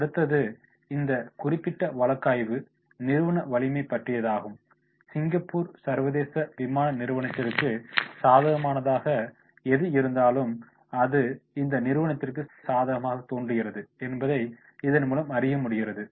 அடுத்தது இந்த குறிப்பிட்ட வழக்காய்வு நிறுவன வலிமை பற்றியதாகும் சிங்கப்பூர் சர்வதேச விமான நிறுவனத்திற்கு சாதகமானதாக எது இருந்தாலும் அது இந்த நிறுவனத்திற்கு சாதகமாகத் தோன்றுகிறது என்பதைக் இதன்முலம் அறியமுடிகிறது